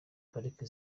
pariki